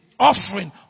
Offering